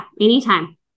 anytime